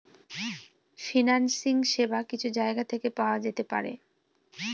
financing সেবা কিছু জায়গা থেকে পাওয়া যেতে পারে